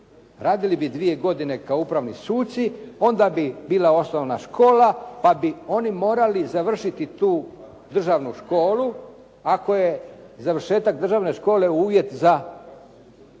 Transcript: radili 2 godine kao upravni suci, onda bi bila osnovana škola, pa bi oni morali završiti tu državnu školu. Ako je završetak državne škole uvjet za da netko